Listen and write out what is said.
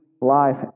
life